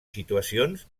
situacions